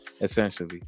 essentially